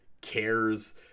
cares